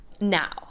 Now